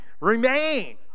Remain